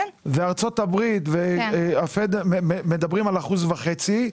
וארצות-הברית מדברים על אחוז וחצי,